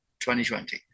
2020